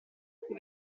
cui